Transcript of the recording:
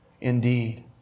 Indeed